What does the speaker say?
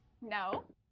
No